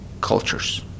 cultures